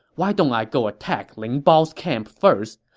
why don't i go attack ling bao's camp first,